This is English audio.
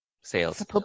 sales